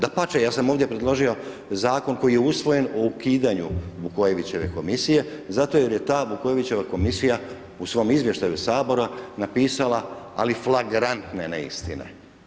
Dapače ja sam ovdje preložio zakon koji je usvojen o ukidanju Vukojevićeve komisije, zato jer je ta Vukojevićeva komisja, u svom izvještaju sabora napisala ali flagrantne neistine.